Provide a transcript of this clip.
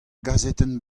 gazetenn